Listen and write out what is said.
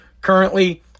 Currently